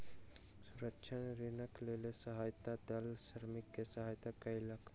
सूक्ष्म ऋणक लेल सहयोग दल श्रमिक के सहयता कयलक